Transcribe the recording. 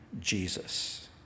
Jesus